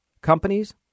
companies